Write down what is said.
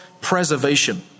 preservation